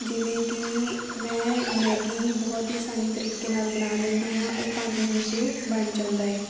ਜਿਵੇਂ ਕਿ ਮੈਂ ਮੈਗੀ ਬਹੁਤ ਹੀ ਆਸਾਨ ਤਰੀਕੇ ਨਾਲ ਬਣਾ ਲੈਂਦੀ ਹਾਂ ਉਹ ਪੰਜ ਮਿੰਟ 'ਚ ਬਣ ਜਾਂਦਾ ਹੈ